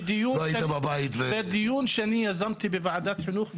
זה דיון שאני יזמתי בוועדת חינוך,